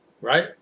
right